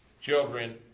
Children